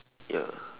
ya